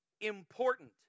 important